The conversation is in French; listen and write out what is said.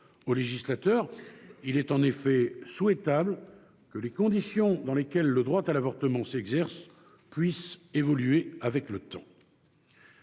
au législateur : il est en effet souhaitable que les conditions dans lesquelles le droit à l'avortement s'exerce puissent évoluer avec le temps.